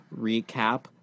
recap